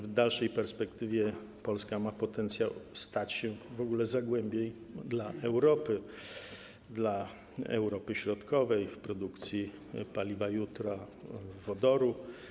W dalszej perspektywie Polska ma potencjał stać się w ogóle dla Europy, dla Europy Środkowej zagłębiem produkcji paliwa jutra - wodoru.